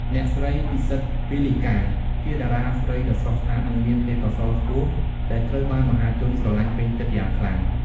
អ្នកស្រី ពិសិដ្ឋ ពីលីកា ជាតារាស្រីដ៏ស្រស់ស្អាត និងមានទេពកោសល្យខ្ពស់ ដែលត្រូវបានមហាជនស្រលាញ់ពេញចិត្តយ៉ាងខ្លាំង។